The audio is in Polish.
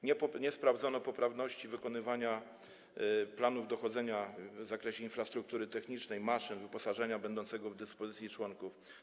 Nie sprawdzono poprawności wykonywania planów dochodzenia w zakresie infrastruktury technicznej maszyn, wyposażenia będącego w dyspozycji członków.